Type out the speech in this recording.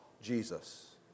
Jesus